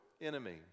enemy